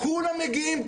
כולם מגיעים,